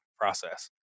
process